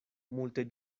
multe